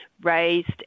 raised